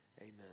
Amen